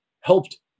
helped